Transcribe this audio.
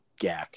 Gak